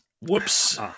whoops